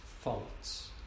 faults